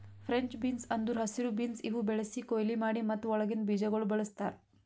French beans ಅಂದುರ್ ಹಸಿರು beans ಇವು ಬೆಳಿಸಿ, ಕೊಯ್ಲಿ ಮಾಡಿ ಮತ್ತ ಒಳಗಿಂದ್ ಬೀಜಗೊಳ್ ಬಳ್ಸತಾರ್